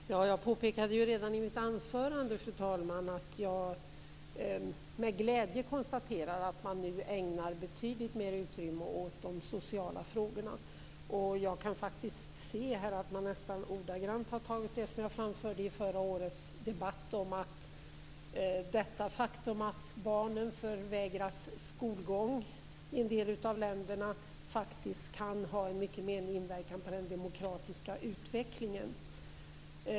Fru talman! Jag påpekade redan i mitt anförande att jag med glädje konstaterar att man nu ägnar betydligt mer utrymme åt de sociala frågorna. Jag kan faktiskt se att man nästan ordagrant tagit med det som jag framförde i förra årets debatt, att det faktum att barnen förvägras skolgång i en del av länderna kan ha en mycket menlig påverkan på den demokratiska utvecklingen.